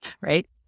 Right